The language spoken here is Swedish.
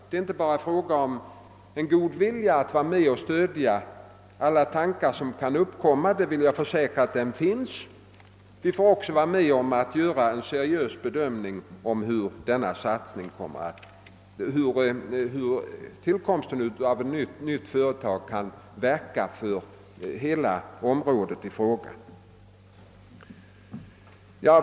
Det är inte bara fråga om god vilja att stödja alla tankar som kan uppkomma — jag vill försäkra att den finns — utan vi får också göra en seriös bedömning av hur tillkomsten av ett nytt företag kan verka för hela det område som berörs.